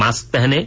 mask पहनें